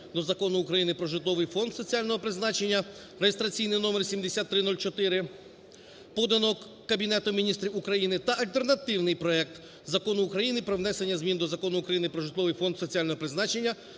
до Закону України "Про житловий фонд соціального призначення" (реєстраційний номер 7304), подано Кабінетом Міністрів України, та альтернативний проект Закону про внесення змін до Закону України "Про житловий фонд соціального призначення"